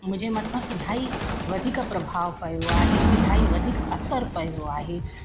मुंहिंजे मथो इलाही वधीक प्रभावु पियो आहे इलाही वधीक असरु पियो आहे